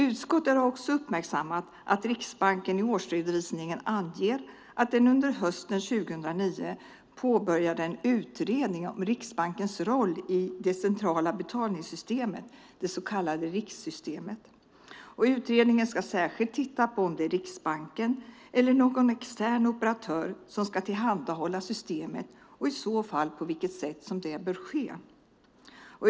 Utskottet har också uppmärksammat att Riksbanken i årsredovisningen anger att den under hösten 2009 påbörjade en utredning om Riksbankens roll i det centrala betalningssystemet, det så kallade RIX-systemet. Utredningen ska särskilt titta på om det är Riksbanken eller någon extern operatör som ska tillhandahålla systemet och i så fall på vilket sätt det bör ske.